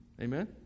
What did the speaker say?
amen